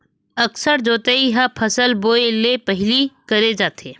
अकरस जोतई ह फसल बोए ले पहिली करे जाथे